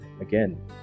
again